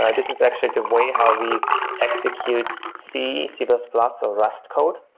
ah this is actually the way how we execute c, c plus plus, or rust code.